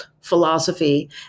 philosophy